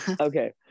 Okay